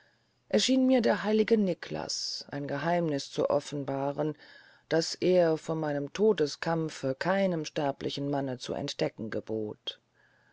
erschien mir der heilige niklas ein geheimniß zu offenbaren das er vor meinem todeskampfe keinem sterblichen manne zu entdecken gebot